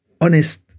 honest